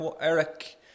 Eric